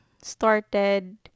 started